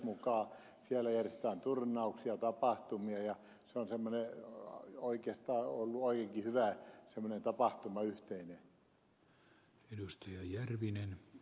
siellä järjestetään turnauksia tapahtumia ja se on oikeastaan ollut oikeinkin hyvä semmoinen yhteinen tapahtuma